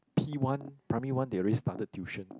P One primary one they already started tuition